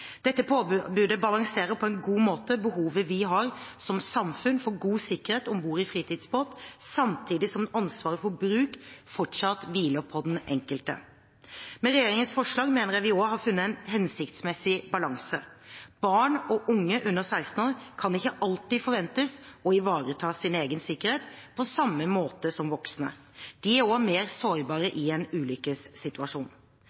Dette påbudet balanserer på en god måte behovet vi som samfunn har for god sikkerhet om bord i fritidsbåt, samtidig som ansvaret for bruk fortsatt hviler på den enkelte. Med regjeringens forslag mener jeg vi har funnet en hensiktsmessig balanse. Barn og unge under 16 år kan ikke alltid forventes å ivareta sin egen sikkerhet på samme måte som voksne. De er også mer sårbare i en ulykkessituasjon.